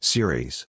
Series